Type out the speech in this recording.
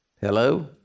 Hello